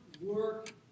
work